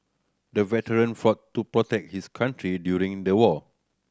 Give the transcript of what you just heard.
the veteran fought to protect his country during the war